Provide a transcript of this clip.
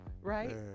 right